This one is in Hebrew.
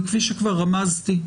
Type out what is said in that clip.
וכפי שכבר רמזתי,